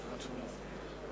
19:57